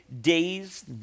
days